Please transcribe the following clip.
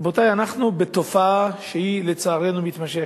רבותי, אנחנו בתופעה שהיא לצערנו מתמשכת.